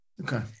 Okay